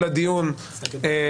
מהדיון הגלוי לדיון הזה.